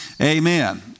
Amen